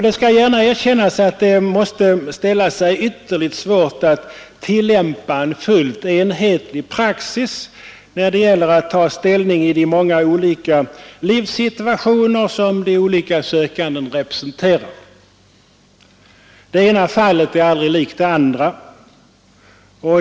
Det skall gärna erkännas att det måste ställa sig ytterligt svårt att tillämpa en fullt enhetlig praxis när det gäller att ta ställning till de många olika livssituationer som de olika sökandena representerar. Det ena fallet är aldrig likt det andra.